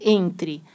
entre